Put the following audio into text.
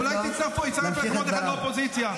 אולי תצטרפו, יצטרף אליכם עוד אחד לאופוזיציה.